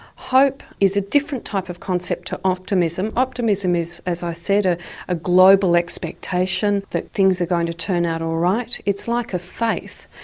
hope is a different type of concept to optimism. optimism is as i said, ah a global expectation that things are going to turn out all right. it's like a faith.